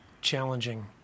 challenging